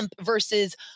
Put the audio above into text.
versus